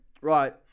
Right